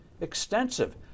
Extensive